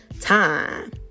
time